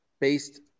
based